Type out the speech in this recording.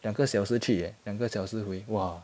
两个小时去 eh 两个小时回 !wah!